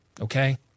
okay